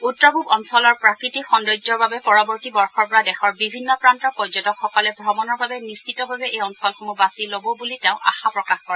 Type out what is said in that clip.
উত্তৰ পূৱ অঞ্চলৰ প্ৰাকৃতিক সৌন্দৰ্যৰ বাবে পৰৱৰ্তী বৰ্যৰ পৰা দেশৰ বিভিন্ন প্ৰান্তৰ পৰ্যটকসকলে ভ্ৰমণৰ বাবে নিশ্চিতভাৱে এই অঞ্চলসমূহ বাচি ল'ব বুলি তেওঁ আশা প্ৰকাশ কৰে